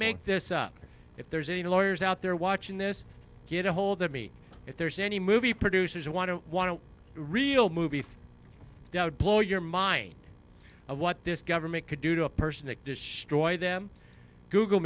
make this up if there's any lawyers out there watching this get ahold of me if there's any movie producers want to want to real movie doubt blow your mind of what this government could do to a person that destroy them google